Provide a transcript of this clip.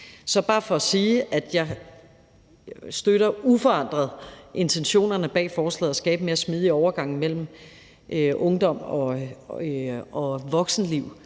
er bare for at sige, at jeg uforandret støtter intentionerne bag forslaget, nemlig at skabe en mere smidig overgang mellem ungdom og voksenliv,